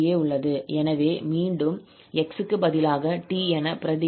எனவே மீண்டும் 𝑥 க்கு பதிலாக 𝑡 என மாற்றுவோம்